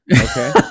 Okay